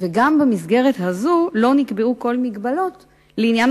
וגם במסגרת הזאת לא נקבעו כל מגבלות לעניין